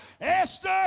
Esther